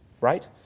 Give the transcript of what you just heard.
Right